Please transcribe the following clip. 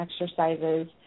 exercises